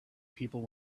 people